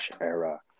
era